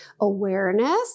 awareness